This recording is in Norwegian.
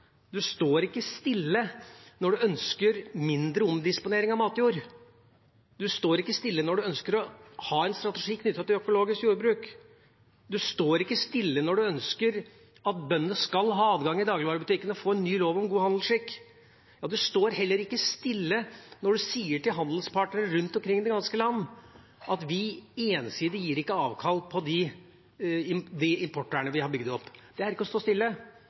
du står ikke stille når du ønsker mindre omdisponering av matjord, du står ikke stille når du ønsker å ha en strategi knyttet til økologisk jordbruk, du står ikke stille når du ønsker at bøndene skal ha adgang i dagligvarebutikkene og få en ny lov om god handelsskikk. Du står heller ikke stille når du sier til handelspartnere rundt omkring i det ganske land at vi – ensidig – gir ikke avkall på det importvernet vi har bygd opp. Det er ikke å stå stille.